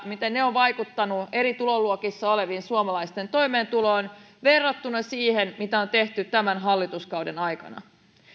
siitä miten ne ovat vaikuttaneet eri tuloluokissa olevien suomalaisten toimeentuloon verrattuna siihen mitä on tehty tämän hallituskauden aikana